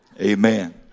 Amen